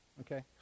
okay